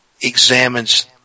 examines